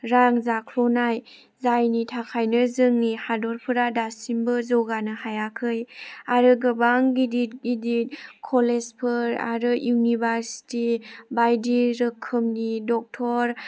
रां जाख्ल'नाय जायनि थाखायनो जोंनि हादरफोरा दासिमबो जौगानो हायाखै आरो गोबां गिदिर गिदिर कलेज फोर आरो इउनिभार्सिटि बायदि रोखोमनि डक्ट'र